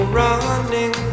running